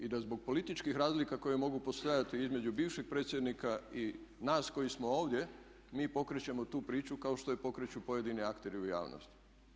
I da zbog političkih razlika koje mogu postojati između bivšeg predsjednika i nas koji smo ovdje mi pokrećemo tu priču kao što je pokreću pojedini akteri u javnosti.